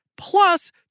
plus